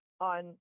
on